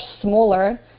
smaller